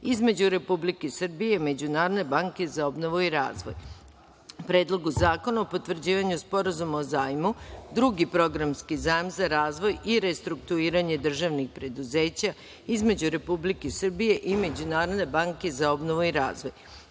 između Republike Srbije i Međunarodne banke za obnovu i razvoj, Predlogu zakona o potvrđivanju Sporazuma o zajmu (Drugi programski zajam za razvoj i restrukturiranje državnih preduzeća), između Republike Srbije i Međunarodne banke za obnovu i razvoj,